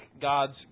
God's